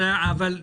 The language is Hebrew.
אבל,